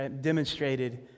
demonstrated